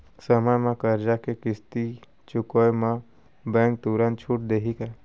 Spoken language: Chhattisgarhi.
समय म करजा के किस्ती चुकोय म बैंक तुरंत छूट देहि का?